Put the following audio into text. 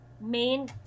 main